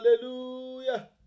hallelujah